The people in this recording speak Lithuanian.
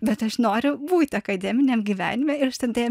bet aš noriu būt akademiniam gyvenime ir aš ten